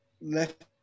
left